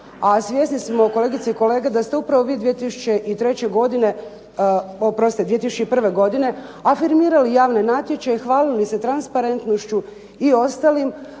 svjesni smo kolegice i kolege da ste upravo vi 2003. godine, oprostite 2001. godine afirmirali javne natječaje i hvalili se transparentnošću i ostalim